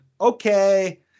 okay